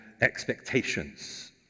expectations